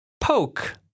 poke